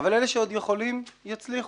אבל אלה שעוד יכולים, יצליחו.